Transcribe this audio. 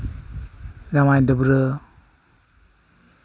ᱡᱟᱶᱟᱭ ᱰᱟᱹᱵᱽᱨᱟᱹ